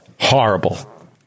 Horrible